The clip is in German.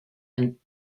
und